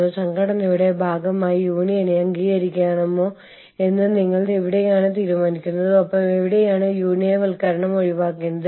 ഒപ്പം സംഘടനയുടെ ആഗോള ലക്ഷ്യങ്ങൾ കൈവരിക്കാൻ കഴിയുന്ന തരത്തിൽ അവർ കാര്യങ്ങൾ നിർവഹിക്കേണ്ടതുണ്ട്